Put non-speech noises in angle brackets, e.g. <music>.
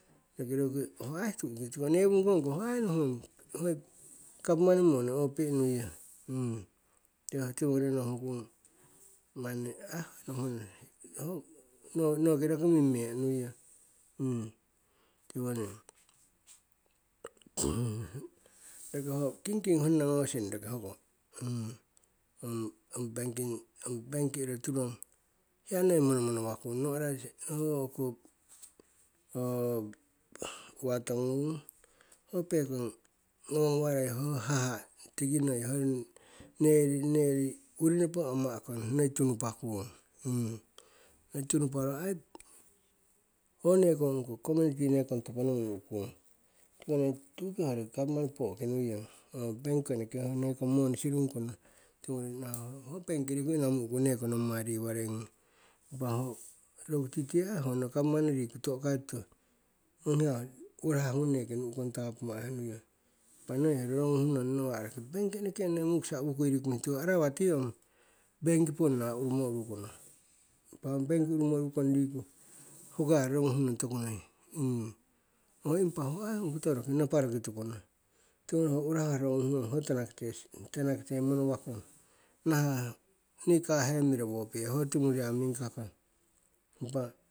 Roki roruki ho ai newungkongko ho ai ho gapmani moni opi'nuiyong <hesitation> tiwo ngori nohunkung <unintelligible> ho noki roki mingme'nuiong tiwoning. <noise> Roki kingking honna ngosing roki hoko, <hesitation> ong benking, benk iro turong hiya nei monomono wakung ho <hesitation> uwa tongungung ho pekong ngawangawarei ho haha' nee yii, nee yii urinopo ama'kong nei tunupakuung. Tunuparo ai ho neekong community topo nu'nu'kung tiko ne tu'ki hoyori gapmani po'ki nuiyong bank ko eneke ho nekong moni sirungkong, tiwongori nahah ho ai bank riku inamu'ku neko nommai riwarei ngung. Impa titii ai honno gapman riku to'kai tuto ong hiya urahah ngung neki nu'kong tapuma'henuiong. Impa noi ho roronguh nawa'roki bank noi mukisa owohukui riku, tiko arawa ti ong bank ki ponna urumorukono, impa ong banki ponna urumorukono riku hoko hiya roronguh nong toku noi, tuwongori ho urahah roronguh nong riku ho tanakite monowakung nahah ni kahemiro wo pihe ho timuru ya mingkakong. Impa